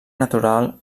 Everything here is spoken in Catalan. natural